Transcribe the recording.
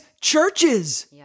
churches